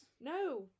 No